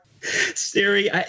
Siri